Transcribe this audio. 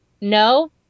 No